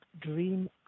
Dream